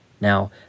Now